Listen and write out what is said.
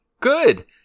Good